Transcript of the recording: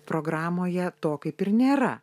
programoje to kaip ir nėra